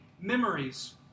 memories